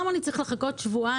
למה אני צריך לחכות שבועיים